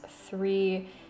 three